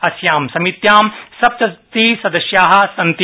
अस्यां समित्यां सप्तति सदस्या सन्ति